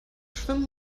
schwimmen